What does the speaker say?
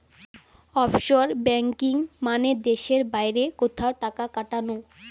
offshore banking মানে দেশের বাইরে কোথাও টাকা খাটানো